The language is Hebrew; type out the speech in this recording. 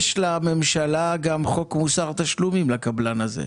יש לממשלה גם חוק מוסר תשלומים לקבלן הזה,